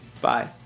Bye